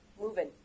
moving